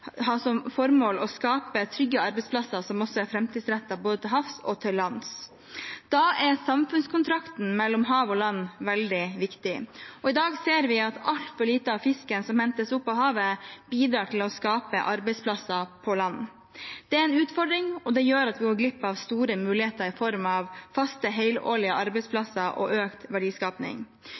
som formål å skape trygge arbeidsplasser, som også er framtidsrettet, både til havs og til lands. Da er samfunnskontrakten mellom hav og land veldig viktig. I dag ser vi at altfor lite av fisken som hentes opp av havet, bidrar til å skape arbeidsplasser på land. Det er en utfordring, og det gjør at vi går glipp av store muligheter i form av faste helårlige arbeidsplasser og økt verdiskaping.